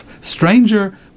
stranger